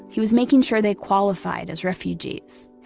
he was making sure they qualified as refugees.